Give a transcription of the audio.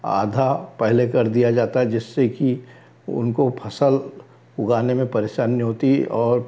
आधा पहले कर दिया जाता है जिससे कि उनको फसल उगाने में परेशानी नहीं होती और